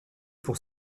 pour